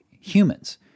humans